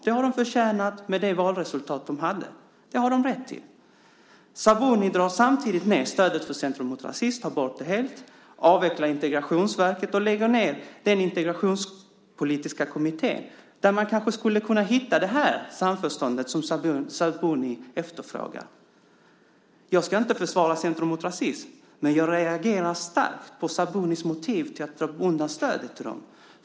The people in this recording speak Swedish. Det har de förtjänat med det valresultat de hade. Det har de rätt till. Sabuni drar samtidigt ned stödet för Centrum mot rasism - tar bort det helt - avvecklar Integrationsverket och lägger ned den integrationspolitiska kommittén där man kanske skulle ha hittat det samförstånd som Sabuni efterfrågar. Jag ska inte försvara Centrum mot rasism, men jag reagerar starkt på Sabunis motiv till att dra undan stödet för dem.